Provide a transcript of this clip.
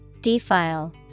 Defile